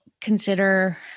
consider